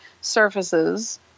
surfaces